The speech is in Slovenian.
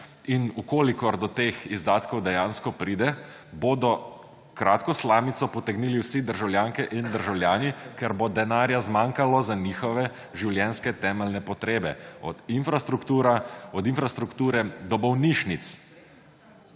In če do teh izdatkov dejansko pride, bodo kratko slamico potegnili vsi državljanke in državljani, ker bo denarja zmanjkalo za njihove življenjske temeljne potrebe, od infrastrukture do bolnišnic.